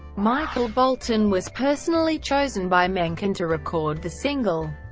michael bolton was personally chosen by menken to record the single,